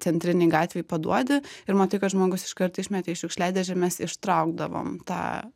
centrinėj gatvėj paduodi ir matai kad žmogus iškart išmetė į šiukšliadėžę mes ištraukdavom tą